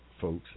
folks